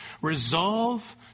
resolve